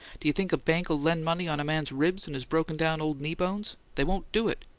do you think a bank'll lend money on a man's ribs and his broken-down old knee-bones? they won't do it!